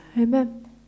Amen